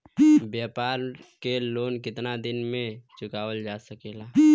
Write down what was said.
व्यापार के लोन कितना दिन मे चुकावल जा सकेला?